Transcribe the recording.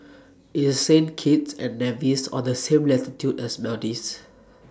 IS Saint Kitts and Nevis on The same latitude as Maldives